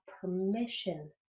permission